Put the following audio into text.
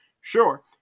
sure